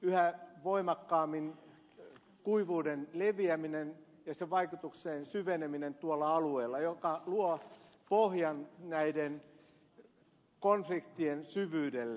yhä voimakkaammin kuivuuden leviäminen ja sen vaikutuksien syveneminen tuolla alueella joka luo pohjan näiden konfliktien syvyydelle